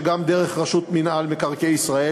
גם דרך רשות מקרקעי ישראל.